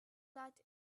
that